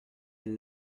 and